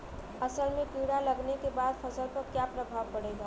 असल में कीड़ा लगने के बाद फसल पर क्या प्रभाव पड़ेगा?